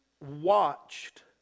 watched